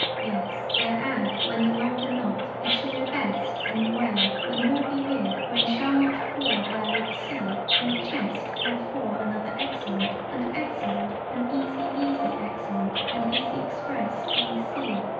yes there add when the longer not it shall the best in the way when all be with when shall not for there with see and chest how for another excellent and excellent and easy easy excellent and easy express e c,